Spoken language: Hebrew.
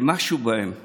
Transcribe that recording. שמשהו בהם מת.